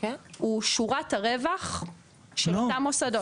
הוא שורת הרווח של אותם מוסדות.